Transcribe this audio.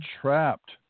trapped